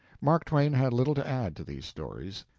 mark twain had little to add to these stories.